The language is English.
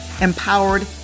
empowered